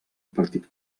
partit